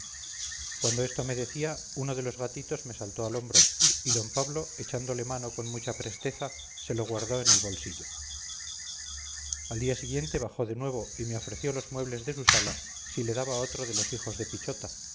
cuando esto me decía uno de los gatitos me saltó al hombro y d pablo echándole mano con mucha presteza se lo guardó en el bolsillo al día siguiente bajó de nuevo y me ofreció los muebles de su sala si le daba otro de los hijos de pichota